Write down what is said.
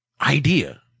idea